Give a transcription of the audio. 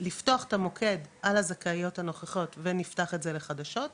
לפתוח את המוקד על הזכאיות הנוכחיות ונפתח את זה לחדשות,